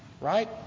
right